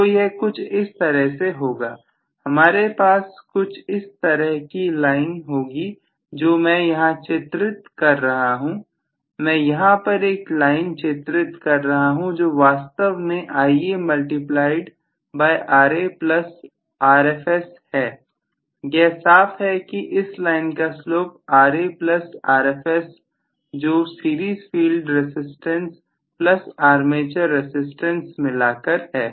तो यह कुछ इस तरह से होगा हमारे पास कुछ इस तरह की लाइन होगी जो मैं यहां चित्र कर रहा हूंमैं यहां पर एक लाइन चित्रित कर रहा हूं जो वास्तव में Ia multiplied by Ra plus Rfs है यह साफ है कि इस लाइन का स्लोप Ra प्लस Rfs जो series field resistance plus armature resistance मिलाकर है